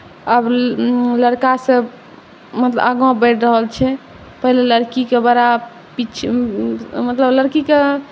आब लड़कासँ मतलब आगाँ बढ़ि रहल छै पहिले लड़कीकेँ बड़ा पीछे मतलब लड़कीकेँ